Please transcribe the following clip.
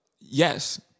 Yes